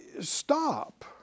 Stop